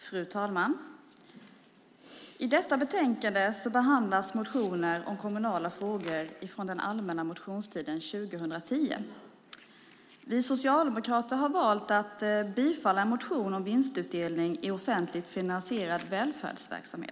Fru talman! I detta betänkande behandlas motioner om kommunala frågor från den allmänna motionstiden 2010. Vi socialdemokrater har valt att yrka bifall till en motion om vinstutdelning i offentligt finansierad välfärdsverksamhet.